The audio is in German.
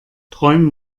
träum